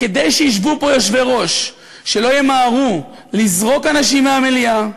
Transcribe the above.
כדי שלא ישבו פה יושבי-ראש שימהרו לזרוק אנשים מהמליאה,